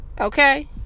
Okay